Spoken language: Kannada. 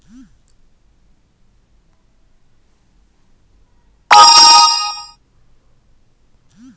ಆಲೀವ್ ಮರಗಳು ಹದಿನೈದರಿಂದ ಇಪತ್ತುಮೀಟರ್ವರೆಗೆ ಬೆಳೆಯುತ್ತವೆ